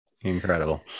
Incredible